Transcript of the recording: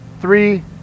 three